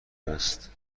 است